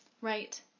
Right